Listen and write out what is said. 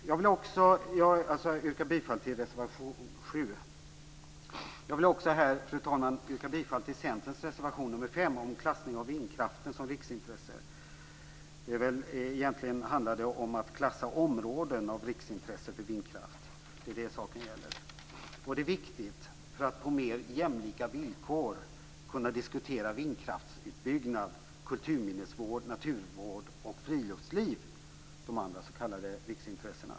Jag yrkar bifall till reservation nr 7. Jag vill också, fru talman, yrka bifall till Centerns reservation nr 5 om klassning av vindkraften som riksintresse. Egentligen handlar det om att klassa områden av riksintresse för vindkraft. Det är det saken gäller. Detta är viktigt för att på mer jämlika villkor kunna diskutera vindkraftsutbyggnad, kulturminnesvård, naturvård och friluftsliv - de andra s.k. riksintressena.